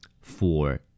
four